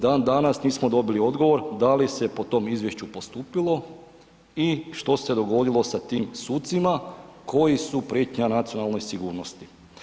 Dandanas nismo dobili odgovor da li se po tom izvješću postupilo i što se dogodilo sa tim sucima koji su prijetnja nacionalnoj sigurnosti.